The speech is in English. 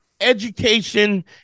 education